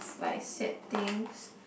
like sad things